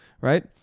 right